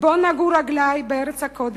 עת נגעו רגלי בארץ הקודש: